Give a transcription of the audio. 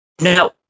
No